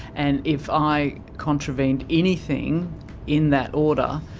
and if i contravened anything in that order,